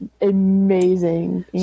amazing